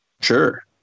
Sure